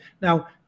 Now